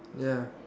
ya